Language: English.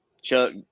Chuck